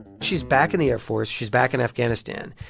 she's back in the air force. she's back in afghanistan.